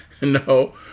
No